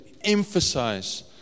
emphasize